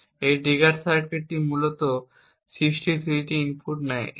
এখন এই ট্রিগার সার্কিটটি মূলত 63টি ইনপুট নেয়